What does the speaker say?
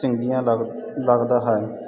ਚੰਗੀਆਂ ਲੱਗਦਾ ਹੈ